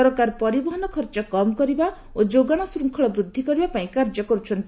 ସରକାର ପରିବହନ ଖର୍ଚ୍ଚ କମ୍ କରିବା ଓ ଯୋଗାଣ ଶୃଙ୍ଖଳ ବୃଦ୍ଧି କରିବା ପାଇଁ କାର୍ଯ୍ୟ କରୁଛନ୍ତି